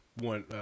one